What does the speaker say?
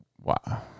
Wow